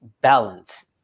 balance